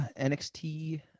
NXT